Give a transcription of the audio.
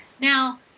Now-